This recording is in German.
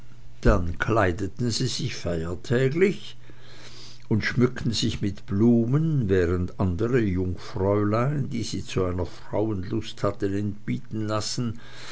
dann kleideten sie sich feiertäglich und schmückten sich mit blumen während andere jungfräulein die sie zu einer frauenlust hatten entbieten lassen